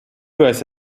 guys